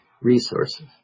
resources